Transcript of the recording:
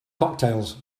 cocktails